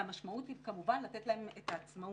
המשמעות היא כמובן לתת להם את העצמאות.